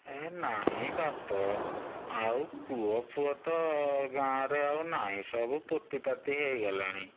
ହେ ନାଇ ବାପ ଆଉ କୂଅଫୁଅ ତ ଗାଁ'ରେ ଆଉ ନାହିଁ ସବୁ ପୋତିପାତି ହେଇଗଲାଣି